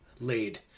laid